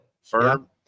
Firm